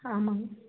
ஆமாங்க